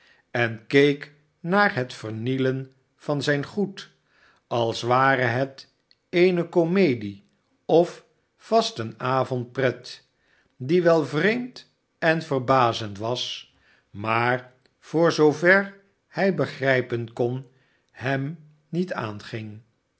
en keek naar het vernielen van zijn goed als ware het eene komedie ofvastenavondpret die wel vreemd en verbazend was maar voor zoover hij begrijpen kon hem niet aangmg